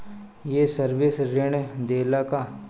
ये सर्विस ऋण देला का?